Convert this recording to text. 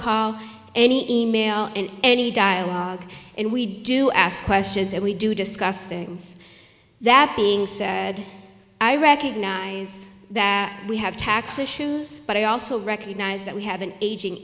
call any email and any dialogue and we do ask questions and we do discuss things that being said i recognize that we have tax issues but i also recognize that we have an aging